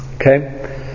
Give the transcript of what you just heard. Okay